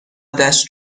دشت